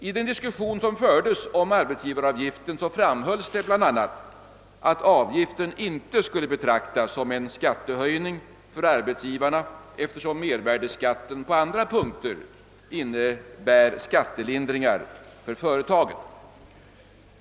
I den diskussion som fördes om arbetsgivaravgiften framhölls det bl.a. att avgiften inte kunde betraktas som en skattehöjning för arbetsgivarna, eftersom mervärdeskatten på andra punkter innebär skattelindringar för företagen.